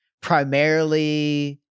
primarily